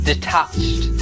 detached